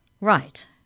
Right